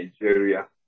Nigeria